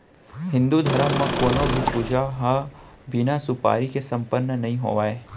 हिन्दू धरम म कोनों भी पूजा ह बिना सुपारी के सम्पन्न नइ होवय